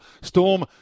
Storm